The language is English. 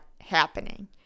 happening